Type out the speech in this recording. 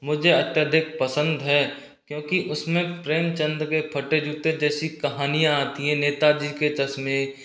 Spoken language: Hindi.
मुझे अत्यधिक पसंद है क्योंकि उसमें प्रेमचंद के फटे जूते जैसी कहानियाँ आती हैं नेताजी के चश्में